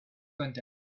content